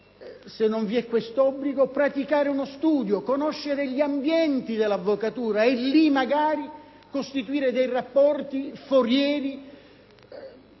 se non vi è quest'obbligo - praticare uno studio, conoscere gli ambienti dell'avvocatura e lì costituire magari rapporti forieri